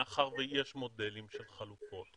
מאחר ויש מודלים של חלופות,